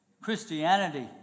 Christianity